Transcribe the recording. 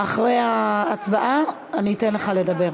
אחרי ההצבעה אתן לך לדבר.